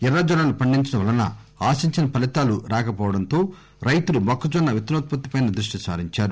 ఎర్ర జొన్నలు పండించడం వలన ఆశించిన ఫలితాలు రాక పోవడంతో రైతులు మొక్కజొన్న విత్తనోత్పత్తి పై దృష్టి సారించారు